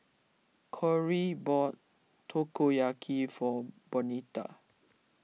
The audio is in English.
Kory bought Takoyaki for Bonita